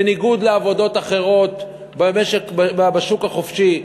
בניגוד לעבודות אחרות בשוק החופשי,